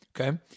Okay